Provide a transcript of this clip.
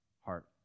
heart